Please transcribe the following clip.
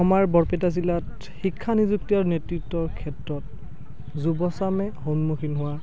আমাৰ বৰপেটা জিলাত শিক্ষা নিযুক্তি আৰু নেতৃত্বৰ ক্ষেত্ৰত যুৱচামে সন্মুখীন হোৱা